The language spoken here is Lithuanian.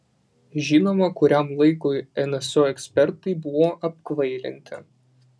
žinoma kuriam laikui nso ekspertai buvo apkvailinti